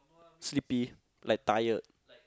sleepy like tired